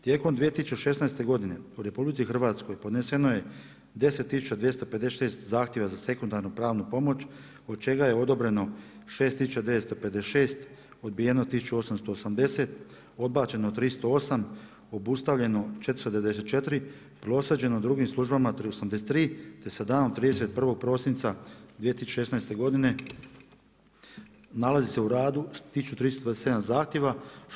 Tijekom 2016. godine u RH podneseno je 10256 zahtjeva za sekundarnu pravnu pomoć, od čega je odobreno 6956, odbijeno 1880, odbačeno 308, obustavljeno 494, proslijeđeno drugim službama 83, te sa danom 31. prosinca 2016. godine nalazi se u radu 1327 zahtjeva.